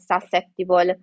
susceptible